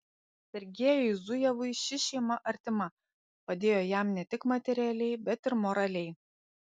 sergiejui zujevui ši šeima artima padėjo jam ne tik materialiai bet ir moraliai